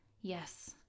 Yes